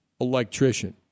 electrician